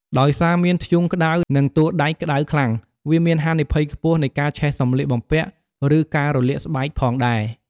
ដោយសារមានធ្យូងក្តៅ និងតួដែកក្តៅខ្លាំង វាមានហានិភ័យខ្ពស់នៃការឆេះសម្លៀកបំពាក់ ឬការរលាកស្បែកផងដែរ។